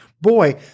boy